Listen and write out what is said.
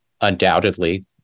undoubtedly